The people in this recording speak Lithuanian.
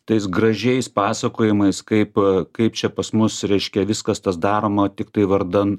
tais gražiais pasakojimais kaip kaip čia pas mus reiškia viskas tas daroma tiktai vardan